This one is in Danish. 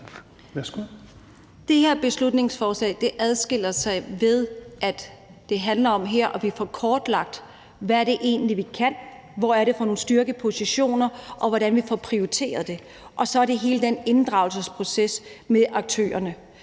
Det her beslutningsforslag adskiller sig ved, at det handler om, at vi får kortlagt, hvad det egentlig er, vi kan, hvad det er for nogle styrkepositioner, og hvordan vi får prioriteret det. Og så er der hele den inddragelsesproces med aktørerne.